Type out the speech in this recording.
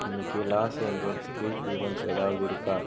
இன்னைக்கு Los Angeles free events ஏதாவது இருக்கா